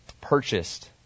purchased